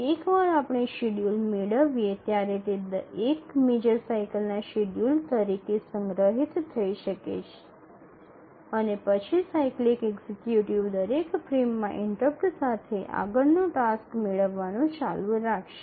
એકવાર આપણે શેડ્યૂલ મેળવીએ ત્યારે તે એક મેજર સાઇકલના શેડ્યૂલ તરીકે સંગ્રહિત થઈ શકે છે અને પછી સાયક્લિક એક્ઝિક્યુટિવ દરેક ફ્રેમમાં ઇન્ટરપ્ટ સાથે આગળનું ટાસ્ક મેળવવાનું ચાલુ રાખશે